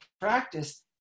practice